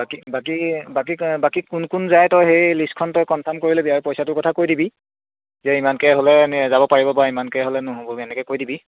বাকী বাকী বাকী বাকী কোন কোন যায় তই সেই লিষ্টখন তই কনফাৰ্ম কৰি ল'বি আৰু পইচাটোৰ কথা কৈ দিবি যে ইমানকৈ হ'লে এনে যাব পাৰিব বা ইমানকৈ হ'লে নহ'বগৈ এনেকৈ কৈ দিবি